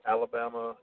Alabama